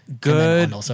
Good